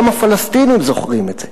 גם הפלסטינים זוכרים את זה.